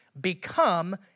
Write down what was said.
become